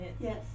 Yes